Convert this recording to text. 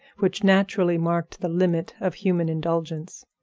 which naturally marked the limit of human indulgence.